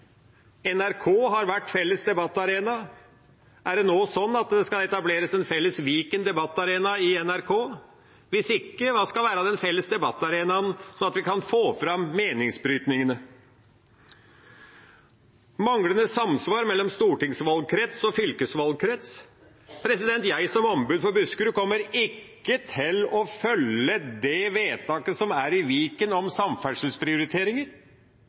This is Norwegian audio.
NRK har vært felles debattarena. Er det nå slik at det skal etableres en felles Viken debattarena i NRK? Hvis ikke, hva skal være den felles debattarenaen, sånn at vi kan få fram meningsbrytningene? Manglende samsvar mellom stortingsvalgkrets og fylkesvalgkrets – jeg som ombud for Buskerud kommer ikke til å følge det vedtaket som er i Viken om samferdselsprioriteringer,